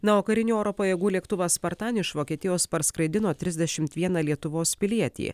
na o karinių oro pajėgų lėktuvas spartan iš vokietijos parskraidino trisdešimt vieną lietuvos pilietį